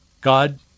God